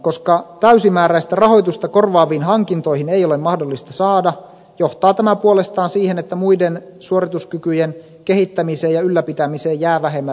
koska täysimääräistä rahoitusta korvaaviin hankintoihin ei ole mahdollista saada johtaa tämä puolestaan siihen että muiden suorituskykyjen kehittämiseen ja ylläpitämiseen jää vähemmän resursseja